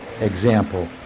example